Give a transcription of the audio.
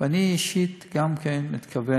ואני אישית גם כן מתכוון